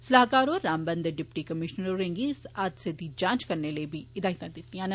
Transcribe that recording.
सलाहकार होर रामबन दे डिप्टी कमीशनर होरें गी इस हादसे दी जांच करोआने लेई हिदायतां दित्तियां न